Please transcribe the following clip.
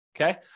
okay